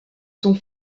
sont